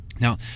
Now